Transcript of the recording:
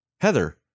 Heather